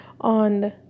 on